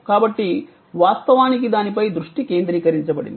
కాబట్టి వాస్తవానికి దానిపై దృష్టి కేంద్రీకరించబడింది